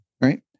Right